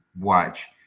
watch